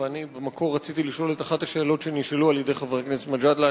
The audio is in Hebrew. ואני במקור רציתי לשאול את אחת השאלות שנשאלו על-ידי חבר הכנסת מג'אדלה,